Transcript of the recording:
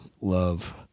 love